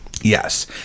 Yes